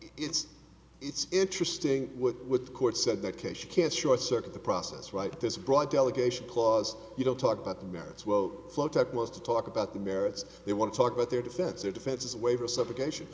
it's it's interesting with the court said that case you can't short circuit the process right this broad delegation clause you don't talk about the merits well float that was to talk about the merits they want to talk about their defense their defenses waiver subrogation